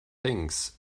things